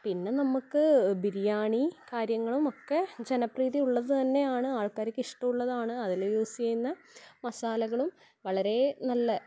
പിന്നെ നമുക്ക് ബിരിയാണി കാര്യങ്ങളും ഒക്കെ ജനപ്രീതിയുള്ളത് തന്നെ ആണ് ആൾക്കാരിക്കിഷ്ടം ഉള്ളത് ആണ് അതിൽ യൂസ് ചെയ്യുന്ന മസാലകളും വളരെ നല്ല